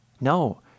No